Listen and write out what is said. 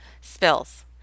spills